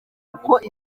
kuko